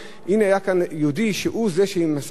הנה, היה כאן יהודי שהוא זה שמסר את זה.